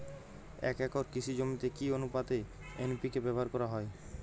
এক একর কৃষি জমিতে কি আনুপাতে এন.পি.কে ব্যবহার করা হয়?